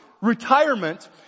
retirement